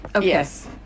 Yes